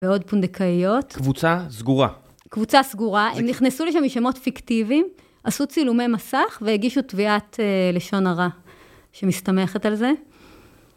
ועוד פונדקאיות. קבוצה סגורה. קבוצה סגורה, הם נכנסו לשם משמות פיקטיביים, עשו צילומי מסך והגישו תביעת לשון הרע שמסתמכת על זה.